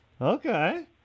Okay